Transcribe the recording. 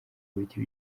bike